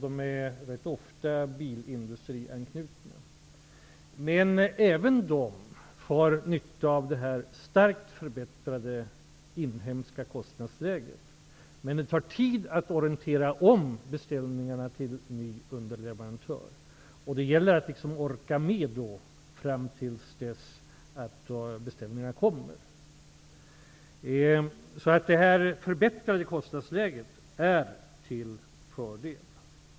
De är rätt ofta bilindustrianknutna. Men även de har nytta av det starkt förbättrade inhemska kostnadsläget. Emellertid tar det tid att orientera om beställningarna till en ny underleverantör. Det gäller då att orka med fram till dess att beställningarna kommer. Det förbättrade kostnadsläget är till fördel.